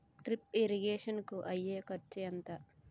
Drip irrigation కూ అయ్యే ఖర్చు ఎంత?